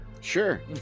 Sure